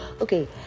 okay